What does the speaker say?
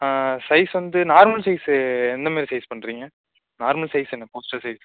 ஆ size வந்து normal size எந்த மேர் சைஸ் பண்றீங்க நார்மல் சைஸ் என்ன போஸ்ட்டர் சைஸ்